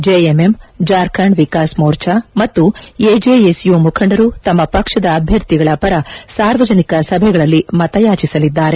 GMM Jharkhand Vikas Morcha ಮತ್ತು ಎಜಿಎಸ್ಯು ಮುಖಂಡರು ತಮ್ನ ಪಕ್ಷದ ಅಭ್ನರ್ಥಿಗಳ ಪರ ಸಾರ್ವಜನಿಕ ಸಭೆಗಳಲ್ಲಿ ಮತಯಾಚಿಸಲಿದ್ದಾರೆ